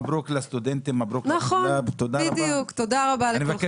מברוכ לסטודנטים, מברוכ לכולם.